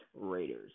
Raiders